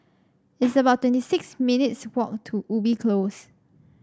it's about twenty six minutes' walk to Ubi Close